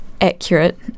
accurate